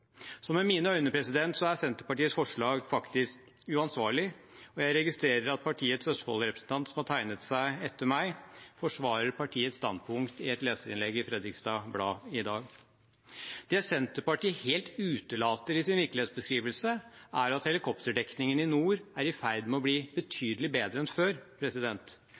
Så med mine øyne er Senterpartiets forslag faktisk uansvarlig, og jeg registrerer at partiets Østfold-representant, som har tegnet seg etter meg, forsvarer partiets standpunkt i et leserinnlegg i Fredriksstad Blad i dag. Det Senterpartiet helt utelater i sin virkelighetsbeskrivelse, er at helikopterdekningen i nord er i ferd med å bli betydelig bedre enn før.